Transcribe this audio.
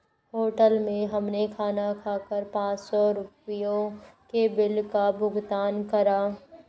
hotel में हमने खाना खाकर पाँच सौ रुपयों के बिल का भुगतान करा